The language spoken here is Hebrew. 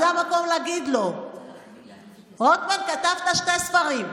זה המקום להגיד לו: רוטמן, כתבת שני ספרים.